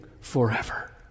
forever